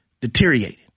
deteriorated